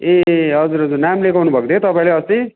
ए हजुर हजुर नाम लेखाउनु भएको थियो है तपाईँले अस्ति